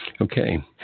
Okay